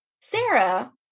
Sarah